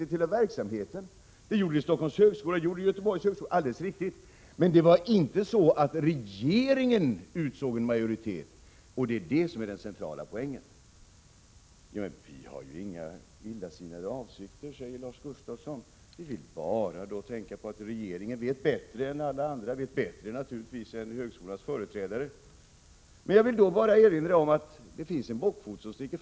Det är riktigt att så även var fallet med Stockholms högskola och Göteborgs högskola — men det var inte regeringen som utsåg en majoritet, och det är det som är den centrala poängen. Vi har inga illasinnade avsikter, säger Lars Gustafsson — vi vill bara ta hänsyn till att regeringen vet bättre än alla andra och naturligtvis än högskolornas företrädare. Men jag vill då erinra om att det här sticker fram en bockfot.